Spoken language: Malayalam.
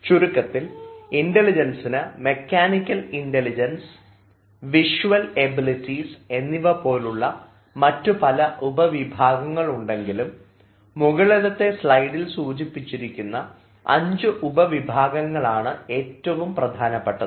ചുരുക്കത്തിൽ ഇൻറലിജൻസിന് മെക്കാനിക്കൽ ഇൻറലിജൻസ് വിഷ്വൽ എബിലിറ്റി എന്നിവ പോലുള്ള മറ്റു പല ഉപവിഭാഗങ്ങൾ ഉണ്ടെങ്കിലും മുകളിലത്തെ സ്ലൈഡിൽ സൂചിപ്പിക്കുന്ന അഞ്ചു ഉപവിഭാഗങ്ങളാണ് ഏറ്റവും പ്രധാനപ്പെട്ടത്